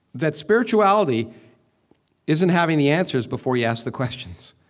that spirituality isn't having the answers before you ask the questions.